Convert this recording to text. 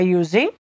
using